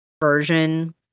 version